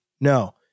No